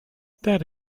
that